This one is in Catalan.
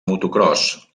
motocròs